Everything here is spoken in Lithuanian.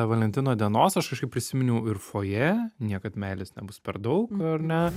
valentino dienos aš kažkaip prisiminiau ir foje niekad meilės nebus per daug ar ne